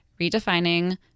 redefining